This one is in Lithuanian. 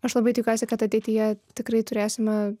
aš labai tikiuosi kad ateityje tikrai turėsime